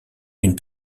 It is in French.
une